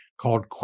Called